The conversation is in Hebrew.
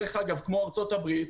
כמו בארצות הברית,